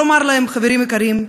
לומר להם: חברים יקרים,